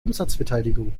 umsatzbeteiligung